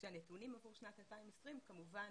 כשהנתונים עבור שנת 2020 כמובן